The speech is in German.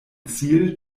ziel